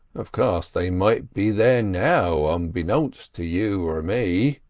of course they might be there now unbeknownst to you or me.